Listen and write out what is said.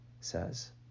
says